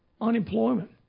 unemployment